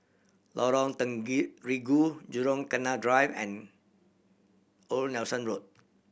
Lorong Jurong Canal Drive and Old Nelson Road